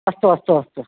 अस्तु अस्तु अस्तु